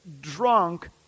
drunk